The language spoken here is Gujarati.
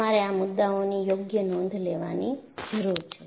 તમારે આ મુદ્દાઓની યોગ્ય નોંધ લેવાની જરૂર છે